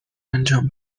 انجام